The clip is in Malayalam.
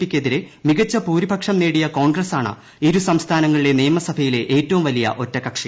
പിക്ക് എതിരെ മികച്ച ഭൂരിപക്ഷം നേടിയ കോൺഗ്രസാണ് ഇരു സംസ്ഥാനങ്ങളിലെ നിയമസഭയിലെ ഏറ്റവും വലിയ ഒറ്റക്കക്ഷി